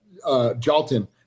Jalton